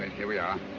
and here we are.